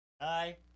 Hi